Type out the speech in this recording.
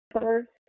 first